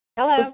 Hello